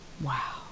Wow